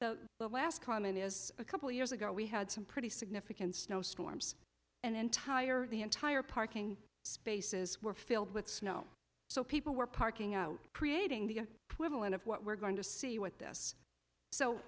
the last comment is a couple of years ago we had some pretty significant snow storms and entire the entire parking spaces were filled with snow so people were parking out creating the line of what we're going to see with this so